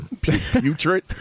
Putrid